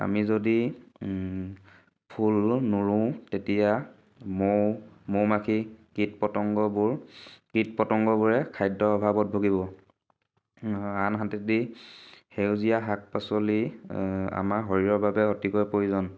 আমি যদি ফুল নোৰু তেতিয়া মৌ মৌমাখি কীট পতংগবোৰ কীট পতংগবোৰে খাদ্যৰ অভাৱত ভুগিব আনহাতেদি সেউজীয়া শাক পাচলি আমাৰ শৰীৰৰ বাবে অতিকৈ প্ৰয়োজন